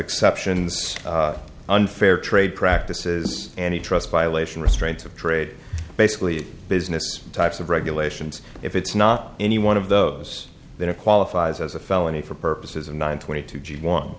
exceptions unfair trade practices any trust violation restraint of trade basically business types of regulations if it's not any one of those that are qualifies as a felony for purposes of nine twenty two g one